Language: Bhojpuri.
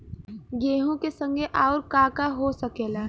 गेहूँ के संगे आऊर का का हो सकेला?